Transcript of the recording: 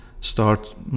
start